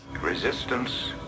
Resistance